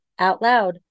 OUTLOUD